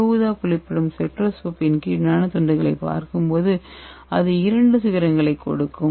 UV புலப்படும் ஸ்பெக்ட்ரோஸ்கோபியின் கீழ் நானோ தண்டுகளைப் பார்க்கும்போது அது இரண்டு சிகரங்களைக் கொடுக்கும்